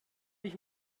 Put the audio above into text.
ich